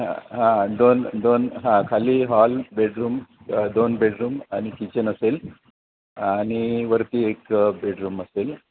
हा हा दोन दोन हां खाली हॉल बेडरूम दोन बेडरूम आणि किचन असेल आणि वरती एक बेडरूम असेल